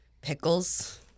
Pickles